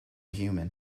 human